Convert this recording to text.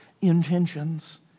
intentions